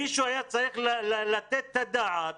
מישהו היה צריך לתת את הדעת